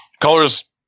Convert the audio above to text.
colors